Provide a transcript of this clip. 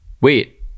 Wait